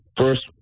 First